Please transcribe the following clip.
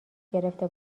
گرفته